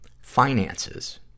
Finances